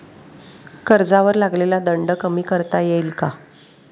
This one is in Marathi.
कर्जावर लागलेला दंड कमी करता येईल का?